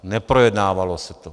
Neprojednávalo se to.